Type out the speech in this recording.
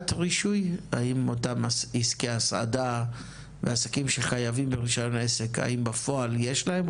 האם לאותם העסקים שחייבים ברישיון עסק יש אותו בפועל?